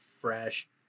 fresh